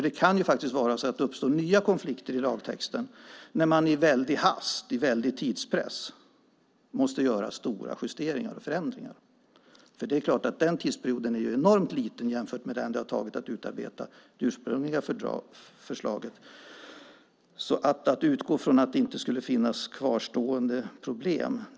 Det kan faktiskt uppstå nya konflikter i lagtexten när man i väldig hast, under väldig tidspress, måste göra stora justeringar och förändringar. Den här tidsperioden är ju enormt kort jämfört med den tid det tog att utarbeta det ursprungliga förslaget. Därför tror jag att det är ett önsketänkande att utgå från att det inte skulle finnas kvarstående problem.